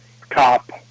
Cop